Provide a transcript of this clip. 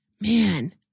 man